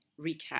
recap